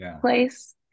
place